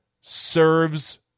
serves